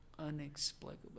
unexplainable